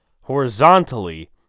horizontally